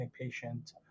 patient